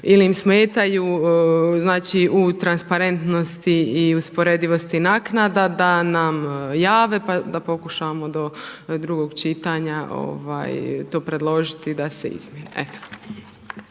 ili im smetaju, znači u transparentnosti i usporedivosti naknada da nam jave pa da pokušamo do drugog čitanja to predložiti da se izmjeni.